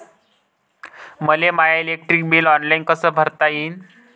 मले my electric bill online कस भरता येईन?